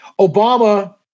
Obama